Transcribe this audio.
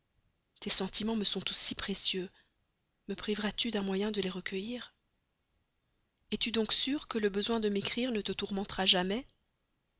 tes sentiments me sont tous si précieux me priveras tu d'un moyen de les recueillir es-tu donc sûre que le besoin de m'écrire ne te tourmentera jamais